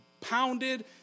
pounded